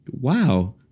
wow